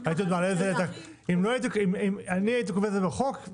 אני הייתי קובע את זה בחוק,